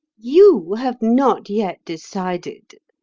you have not yet decided,